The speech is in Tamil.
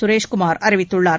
சுரேஷ் குமார் அறிவித்துள்ளார்